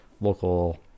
local